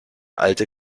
alte